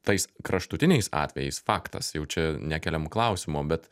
tais kraštutiniais atvejais faktas jau čia nekeliam klausimo bet